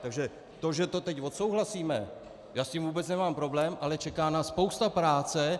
Takže to, že to teď odsouhlasíme, já s tím vůbec nemám problém, ale čeká nás spousta práce.